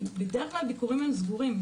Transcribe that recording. הביקורים הם סגורים.